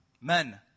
Men